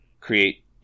create